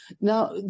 Now